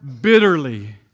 bitterly